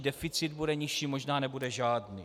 Deficit bude nižší, možná nebude žádný.